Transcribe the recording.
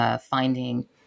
finding